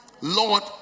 Lord